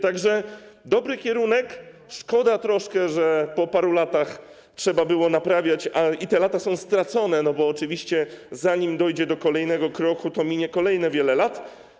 Tak że dobry kierunek, szkoda troszkę, że po paru latach trzeba było naprawiać i te lata są stracone, bo oczywiście zanim dojdzie do kolejnego kroku, to minie wiele kolejnych lat.